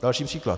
Další příklad.